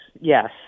Yes